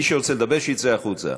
מי שרוצה לדבר, שיצא החוצה.